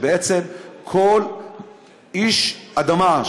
שבעצם כל איש אדמה,